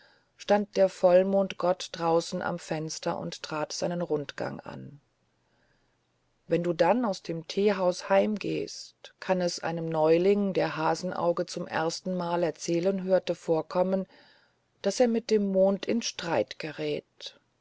stand der vollmondgott draußen am fenster und trat seinen rundgang an wenn du dann aus dem teehaus heimgehst kann es einem neuling der hasenauge zum erstenmal erzählen hörte vorkommen daß er mit dem mond in streit gerät